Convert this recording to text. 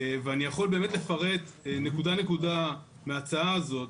ואני יכול באמת לפרט נקודה נקודה מההצעה הזאת,